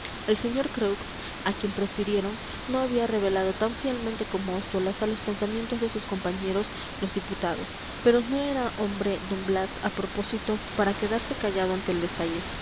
el sr creux a quien prefirieron no había revelado tan fielmente como ostolaza los pensamientos de sus compañeros los diputados pero no era hombre d blas a propósito para quedarse callado ante el